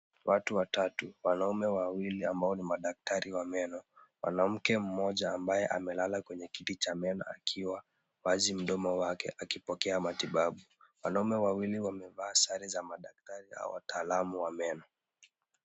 Watu watatu, wanaume wawili ambao ni madaktari wa meno, mwanamke mmoja ambaye amelala kwenye kiti cha meno akiwa wazi mdomo wake akipokea matibabu. Wanaume wawili wamevaa sare za madaktari au wataalamu wa meno.